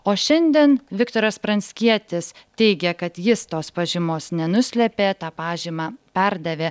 o šiandien viktoras pranckietis teigia kad jis tos pažymos nenuslėpė tą pažymą perdavė